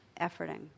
efforting